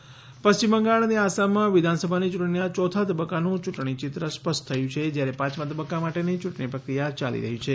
ચૂંટણીઓ પાંચમા તબક્કા પશ્ચિમ બંગાળ અને આસામ વિધાનસભાની યૂંટણીના યોથા તબક્કાનું યુંટણી ચિત્ર સ્પષ્ટ થયું છે જયારે પાંચમા તબક્કા માટેની ચુંટણી પ્રક્રિયા યાલી રહી છે